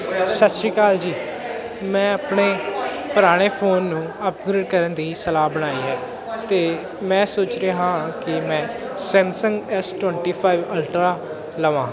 ਸਤਿ ਸ਼੍ਰੀ ਅਕਾਲ ਜੀ ਮੈਂ ਆਪਣੇ ਪੁਰਾਣੇ ਫੋਨ ਨੂੰ ਅਪਗ੍ਰੇਡ ਕਰਨ ਦੀ ਸਲਾਹ ਬਣਾਈ ਹੈ ਅਤੇ ਮੈਂ ਸੋਚ ਰਿਹਾ ਹਾਂ ਕਿ ਮੈਂ Samsung S twenty five ultra ਲਵਾਂ